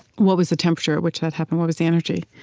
what was the temperature at which that happened? what was the energy?